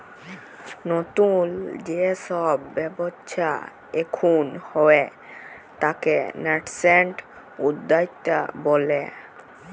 লতুল যে সব ব্যবচ্ছা এখুন হয়ে তাকে ন্যাসেন্ট উদ্যক্তা ব্যলে